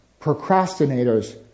procrastinators